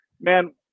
man